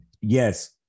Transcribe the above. Yes